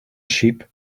sheep